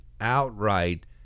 outright